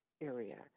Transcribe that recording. area